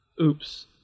oops